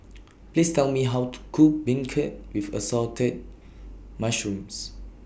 Please Tell Me How to Cook Beancurd with Assorted Mushrooms